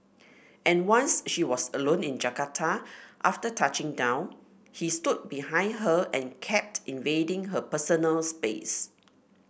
and once she was alone in Jakarta after touching down he stood behind her and kept invading her personal space